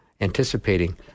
anticipating